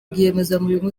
rwiyemezamirimo